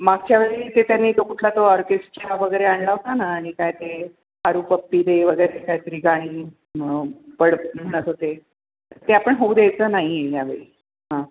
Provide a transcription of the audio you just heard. मागच्या वेळी ते त्यांनी तो कुठला तो ऑर्केस्ट्रा वगैरे आणला होता ना आणि काय ते पारू पप्पी दे वगैरे काही तरी गाणी बड म्हणत होते ते आपण होऊ द्यायचं नाही आहे यावेळी हां